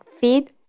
feed